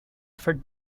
for